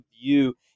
view